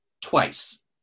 twice